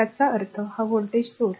याचा अर्थ हा व्होल्टेज स्त्रोत